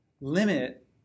limit